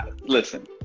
Listen